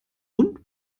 und